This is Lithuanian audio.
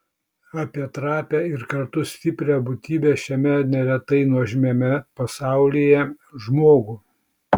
apie trapią ir kartu stiprią būtybę šiame neretai nuožmiame pasaulyje žmogų